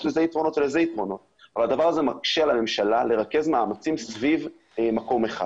יש לזה יתרונות ולזה יתרונות על הממשלה לרכז מאמצים סביב מקום אחד.